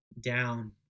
down